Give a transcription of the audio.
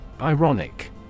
Ironic